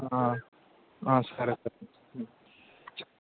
సరే సరే